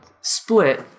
Split